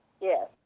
Yes